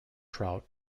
trout